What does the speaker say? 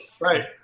Right